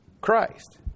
Christ